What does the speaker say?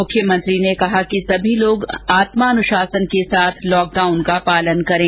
मुख्यमंत्री ने कहा कि सभी लोग आत्मानुशासन के साथ लॉकडाउन का पालन करें